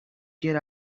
get